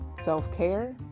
self-care